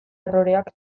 erroreak